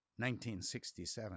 1967